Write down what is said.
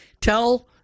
tell